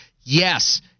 Yes